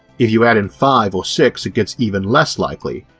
if you add in five or six it gets even less likely,